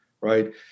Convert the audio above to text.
right